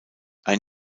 ein